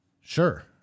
Sure